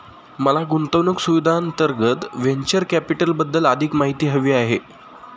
मला गुंतवणूक सुविधांअंतर्गत व्हेंचर कॅपिटलबद्दल अधिक माहिती हवी आहे